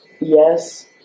Yes